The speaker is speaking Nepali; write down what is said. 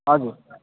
हजुर